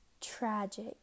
Tragic